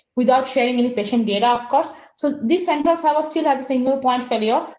without sharing any patient data, of course. so, they sent us i was still has a single point failure,